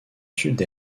sud